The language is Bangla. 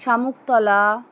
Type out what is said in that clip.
শামুকতলা